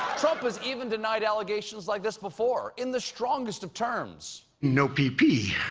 trump has even denied allegations like this before in the strongest of terms. no p p.